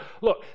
look